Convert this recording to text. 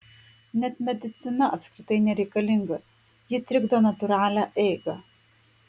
net medicina apskritai nereikalinga ji trikdo natūralią eigą